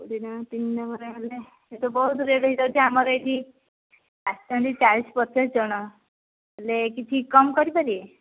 କୋଡ଼ିଏ ଟଙ୍କା ହେଲେ ତ ବହୁତ ରେଟ୍ ହୋଇଯାଉଛି ଆମର ଏଇଠି ଆସିଛନ୍ତି ଚାଳିଶ ପଚାଶ ଜଣ ହେଲେ କିଛି କମ କରିପାରିବେ